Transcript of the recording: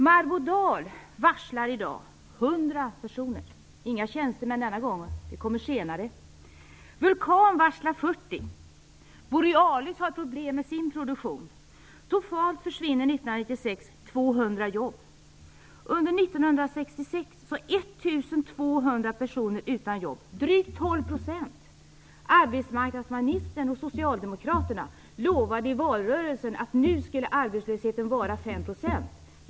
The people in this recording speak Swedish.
Marbodal varslar i dag 100 personer, inga tjänstemän den här gången, det kommer senare. Vulkan varslar 40. Borealis har problem med sin produktion. Totalt försvinner 200 jobb under 1996. 1 200 personer är utan jobb, drygt 12 %. Arbetsmarknadsministern och Socialdemokraterna lovade i valrörelsen att arbetslösheten skulle vara 5 %.